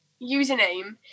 username